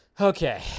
okay